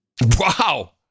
Wow